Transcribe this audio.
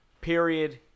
period